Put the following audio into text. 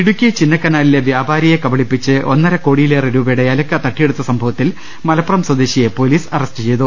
ഇടുക്കി ചിന്നക്കനാലിലെ വ്യാപാരിയെ കബളിപ്പിച്ച് ഒന്നരകോടിയിലേറെ രൂപയുടെ ഏലക്ക തട്ടിയെടുത്ത സംഭവത്തിൽ മലപ്പുറം സ്വദേശിയെ പൊലീസ് അറസ്റ്റ് ചെയ്തു